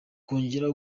kongera